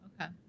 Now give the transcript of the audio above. Okay